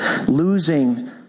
losing